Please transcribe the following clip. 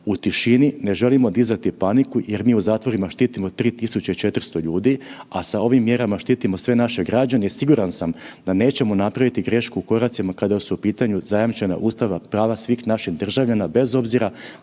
u tišini. Ne želimo dizati paniku jer mi u zatvorima štitimo 3.400 ljudi, a sa ovim mjerama štitimo sve naše građane i siguran sam da nećemo napraviti grešku u koracima kada su u pitanju zajamčena ustavna prava svih naših državljana bez obzira